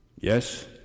Yes